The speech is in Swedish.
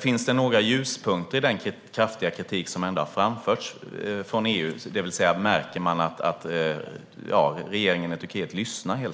Finns det några ljuspunkter efter den kraftiga kritik som har framförts från EU, det vill säga märker man att regeringen i Turkiet lyssnar?